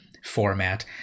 format